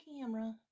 camera